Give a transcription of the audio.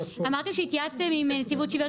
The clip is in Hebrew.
אמרת שהתייעצתם גם נציבות שוויון